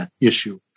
issue